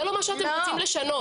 זה לא מה שאתם רוצים לשנות.